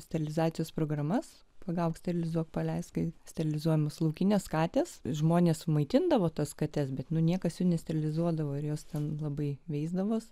sterilizacijos programas pagauk sterilizuok paleisk kai sterilizuojamos laukinės katės žmonės sumaitindavo tas kates bet nu niekas ju nesterliziduodavo ir jos ten labai veisdavosi